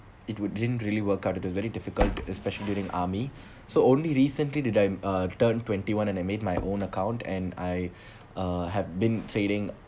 it would didn't really work out it is very difficult especially during army so only recently did I um turn twenty one and I made my own account and I uh have been trading